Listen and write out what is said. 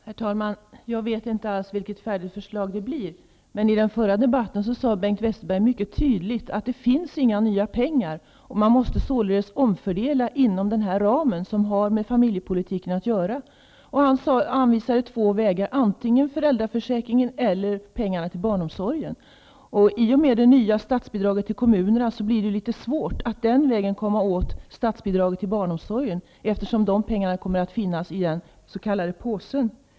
Herr talman! Jag vet inte alls hur det färdiga förslaget kommer att se ut. Men i den förra debatten sade Bengt Westerberg mycket tydligt att det inte finns några nya pengar. Man måste således omfördela inom den ram som har med familjepolitiken att göra. Han anvisade två vägar: antingen genom föräldraförsäkringen eller genom pengarna till barnomsorgen. I och med det nya statsbidraget till kommunerna blir det litet svårt att den vägen komma åt statsbidraget till barnomsorgen, eftersom de pengarna kommer att finnas i den s.k. påsen.